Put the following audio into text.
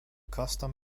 custom